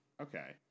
Okay